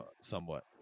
somewhat